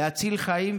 להציל חיים,